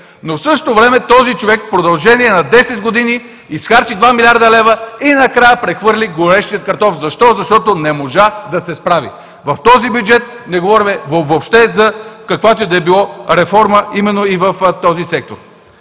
но в същото време този човек в продължение на 10 години изхарчи 2 млрд. лв. и накрая прехвърли горещия картоф. Защо? Защото не можа да се справи. В този бюджет не говорим въобще за каквато и да е било реформа, именно и в този сектор.